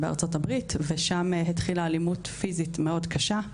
בארצות הברית ושם התחילה אלימות פיזית מאוד קשה.